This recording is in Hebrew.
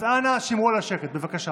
אז אנא שמרו על השקט, בבקשה.